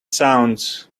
sounds